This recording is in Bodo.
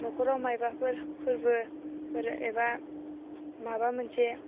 न'खराव माबाफोर फोरबोफोर एबा माबा मोनसे